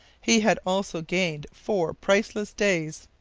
he had also gained four priceless days.